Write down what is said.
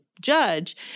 judge